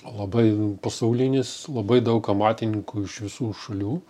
labai pasaulinis labai daug amatininkų iš visų šalių